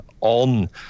on